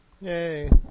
Yay